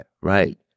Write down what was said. right